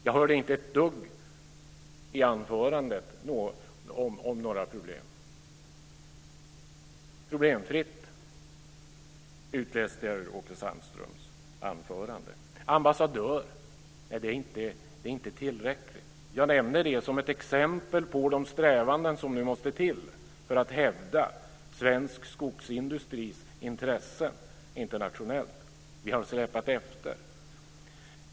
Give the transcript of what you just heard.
Jag hörde inte ett dugg om några problem i anförandet. "Problemfritt" utläste jag ur Åke Sandströms anförande. Åke Sandström menar att det inte är tillräckligt med ambassadörer. Jag nämnde det som ett exempel på de strävanden som nu måste till för att vi ska kunna hävda svensk skogsindustris intressen internationellt. Vi har släpat efter.